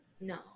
No